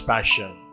Passion